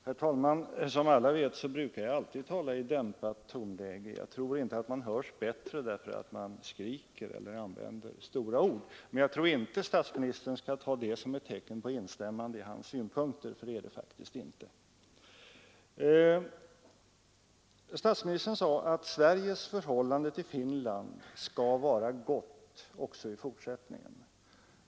Herr talman! Som alla vet talar jag alltid i dämpat tonläge. Jag tror inte att man hörs bättre därför att man skriker eller använder stora ord. Men jag tror inte att statsministern skall ta detta som ett tecken på instämmande i hans synpunkter, för det är det faktiskt inte. Statsministern sade att Sveriges förhållande till Finland skall vara gott i fortsättningen.